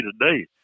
today